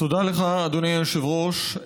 תודה לך, אדוני היושב-ראש.